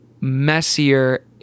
messier